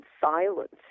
silence